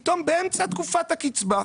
פתאום באמצע תקופת הקצבה,